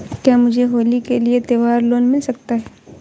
क्या मुझे होली के लिए त्यौहार लोंन मिल सकता है?